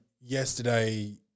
yesterday